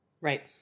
Right